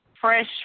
Fresh